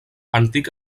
antic